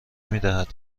میدهد